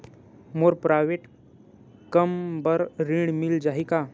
मोर private कम बर ऋण मिल जाही का?